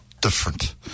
different